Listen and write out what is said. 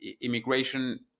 immigration